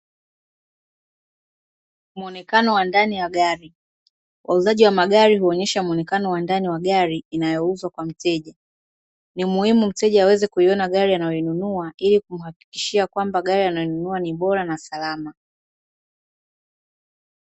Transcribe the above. Muonekano wa ndani ya gari. Wauzaji wa magari huonesha muonekano wa ndani ya gari inayouzwa kwa mteja, ni muhimu mteja aweze kuiona gari anayonunua ili kumuhakikishia kwamba, gari anayoinunua ni bora na salama.